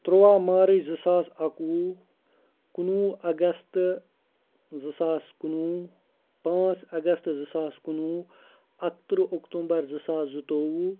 ترُواہ March زٕ ساس اَکہٕ وُہ کُنہٕ وُہ اَگستہٕ زٕ ساس کُنہٕ وُہ پانٛژھ اَگست زٕ ساس کُنہٕ وُہ اَکہٕ ترٕٛہ اوٚکتومبر زٕ ساس زٕ تووُہ